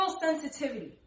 sensitivity